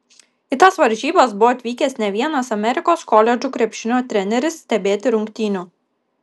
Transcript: į tas varžybas buvo atvykęs ne vienas amerikos koledžų krepšinio treneris stebėti rungtynių